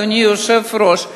אדוני היושב-ראש,